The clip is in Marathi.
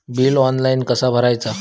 बिल ऑनलाइन कसा भरायचा?